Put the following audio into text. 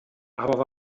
aber